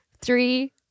three